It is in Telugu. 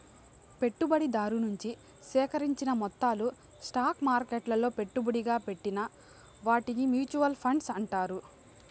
పెట్టుబడిదారు నుంచి సేకరించిన మొత్తాలు స్టాక్ మార్కెట్లలో పెట్టుబడిగా పెట్టిన వాటిని మూచువాల్ ఫండ్స్ అంటారు